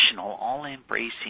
all-embracing